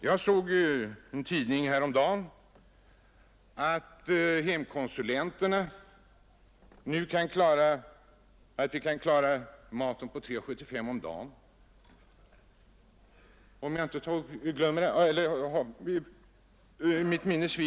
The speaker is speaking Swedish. Jag såg i en tidning häromdagen, om inte mitt minne sviker mig, att hemkonsulenterna säger att vi kan klara maten på 3,75 kronor om dagen.